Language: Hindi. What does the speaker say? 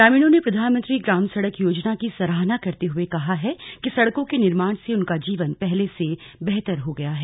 ग्रामीणों ने प्रधानमंत्री ग्राम सड़क योजना की सराहना करते हुए कहा है कि सड़कों के निर्माण से उनका जीवन पहले से बेहतर हो गया है